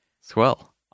Swell